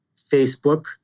Facebook